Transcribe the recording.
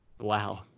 Wow